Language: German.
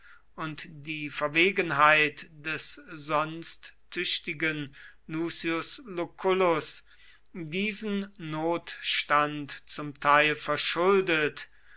und die verwegenheit des sonst tüchtigen lucius lucullus diesen notstand zum teil verschuldet